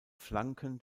flanken